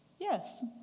Yes